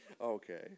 Okay